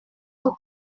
tout